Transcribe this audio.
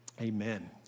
Amen